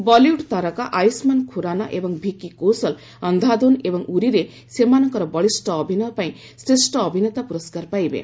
ବଲିଉଡ୍ ତାରକା ଆୟୁଷ୍ମାନ ଖୁରାନା ଏବଂ ଭିକି କୌଶଲ 'ଅନ୍ଧାଧୁନ' ଏବଂ 'ଉରୀ'ରେ ସେମାନଙ୍କର ବଳିଷ୍ଠ ଅଭିନୟ ପାଇଁ ଶ୍ରେଷ୍ଠ ଅଭିନେତା ପୁରସ୍କାର ପାଇବେ